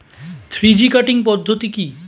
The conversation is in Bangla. থ্রি জি কাটিং পদ্ধতি কি?